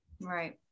Right